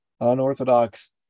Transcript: unorthodox